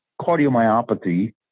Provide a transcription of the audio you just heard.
cardiomyopathy